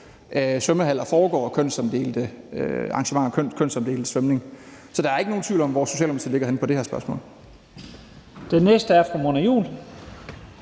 svømmehaller foregår kønsopdelte arrangementer, kønsopdelt svømning. Så der er ikke nogen tvivl om, hvor Socialdemokratiet ligger henne på det her spørgsmål.